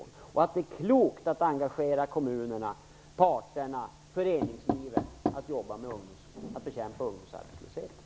Jag tror att det är klokt att engagera kommunerna, parterna och föreningslivet för att bekämpa ungdomsarbetslösheten.